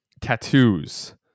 tattoos